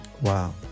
Wow